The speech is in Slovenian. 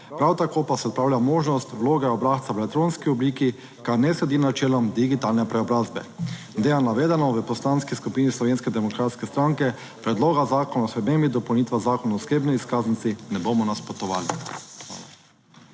Prav tako pa se odpravlja možnost vloge obrazca v elektronski obliki, kar ne sledi načelom digitalne preobrazbe. Glede na navedeno v Poslanski skupini Slovenske demokratske stranke Predlog zakona o spremembi in dopolnitvah Zakona o osebni izkaznici ne bomo nasprotovali.